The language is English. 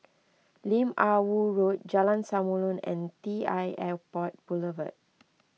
Lim Ah Woo Road Jalan Samulun and T l Airport Boulevard